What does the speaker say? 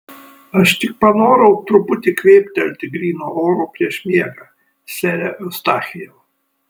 aš tik panorau truputį kvėptelti gryno oro prieš miegą sere eustachijau